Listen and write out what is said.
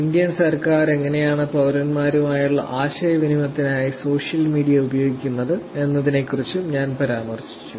Indian സർക്കാർ എങ്ങനെയാണ് പൌരന്മാരുമായുള്ള ആശയവിനിമയത്തിനായി സോഷ്യൽ മീഡിയ ഉപയോഗിക്കുന്നത് എന്നതിനെക്കുറിച്ചും ഞാൻ പരാമർശിച്ചു